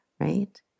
right